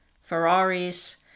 Ferraris